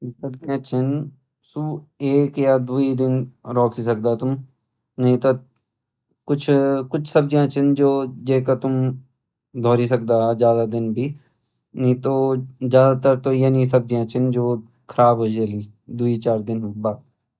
सु एक या द्वी दिन रखी सकद तुम नी तर कुछ सब्जियां छन जो जैक तुम धोरी सकद ज्यादा दिन भी। नी तो ज्यादातर त यैनी सब्जि छन जो खराब हो जैली द्वी चार दिन बाद।